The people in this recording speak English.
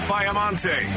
Biamonte